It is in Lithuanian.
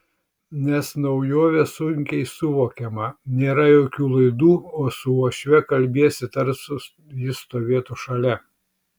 nes naujovė sunkiai suvokiama nėra jokių laidų o su uošve kalbiesi tarsi ji stovėtų šalia